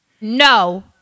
No